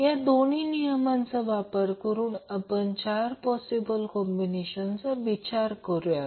या दोन नियमांचा वापर करून आपण या 4 पॉसिबल कॉम्बिनेशनचा विचार करूया